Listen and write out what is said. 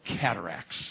cataracts